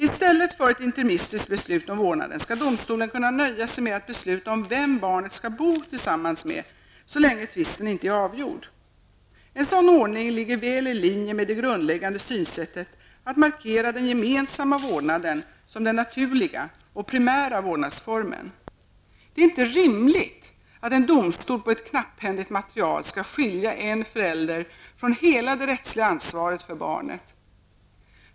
I stället för ett interimistiskt beslut om vårdnaden skall domstolen kunna nöja sig med att besluta om vem barnet skall bo tillsammans med så länge tvisten inte är avgjord. En sådan ordning ligger väl i linje med det grundläggande synsättet att markera den gemensamma vårdnaden som den naturliga och primära vårdnadsformen. Det är inte rimligt att en domstol på ett knapphändigt material skall skilja en förälder från hela det rättsliga ansvaret för barnet.